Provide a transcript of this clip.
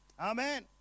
Amen